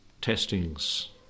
testings